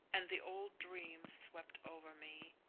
and the old dreams swept over me,